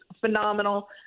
phenomenal